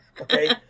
okay